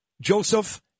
Joseph